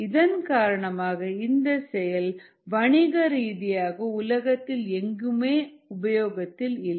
இதன்காரணமாக இந்த செயல் வணிகரீதியாக உலகத்தில் எங்குமே உபயோகத்தில் இல்லை